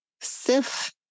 Sif